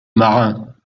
marin